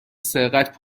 سرقت